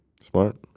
Smart